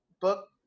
book